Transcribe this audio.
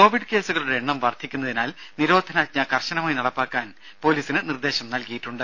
Covid കേസുകളുടെ എണ്ണം വർധിക്കുന്നതിനാൽ നിരോധനാജ്ഞ കർശനമായി നടപ്പാക്കാൻ പൊലീസിന് നിർദേശം നൽകിയിട്ടുണ്ട്